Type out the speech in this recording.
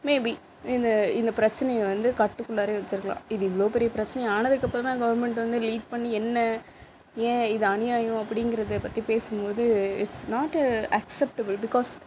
maybe இந்த இந்த பிரச்சினைய வந்து கட்டுக்குள்ளாரயே வச்சுருக்கலாம் இது இவ்வளோ பெரிய பிரச்சினையா ஆனதுக்கு அப்புறந்தான் கவர்மெண்ட் வந்து லீட் பண்ணி என்ன ஏன் இது அநியாயம் அப்படிங்கிறத பற்றி பேசும் போது இட்ஸ் நாட் அக்ஸ்சடப்பில் பிகாஸ்